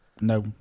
no